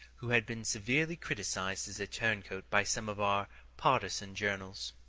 who has been severely criticised as a turn-coat by some of our partisan journals.